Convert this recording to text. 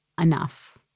enough